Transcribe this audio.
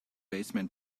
baseman